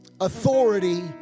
authority